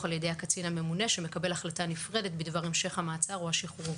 על ידי הקצין הממונה שמקבל החלטה נפרדת בדבר המשך המעצר או השחרור.